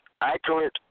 accurate